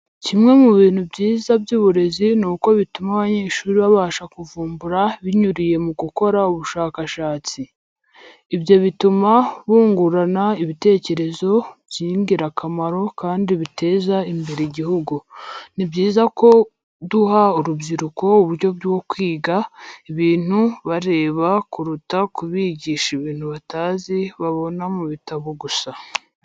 Kimwe mu bintu byiza by'uburezi ni uko bituma abanyeshuri babasha kuvumbura binyuriye mugukora ubushakashatsi. Ibyo bituma bungurana ibitekerezo by'ingirakamaro kandi biteza imbere igihugu. Ni byiza ko duha urubyiruko uburyo bwo kwiga ibintu bareba kuruta kubigisha ibintu batazi babona mu ibitabo gusa.